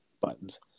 buttons